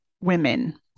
women